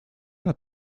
hat